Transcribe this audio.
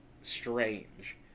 strange